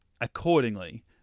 accordingly